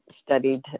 studied